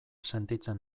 sentitzen